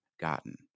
gotten